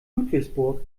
ludwigsburg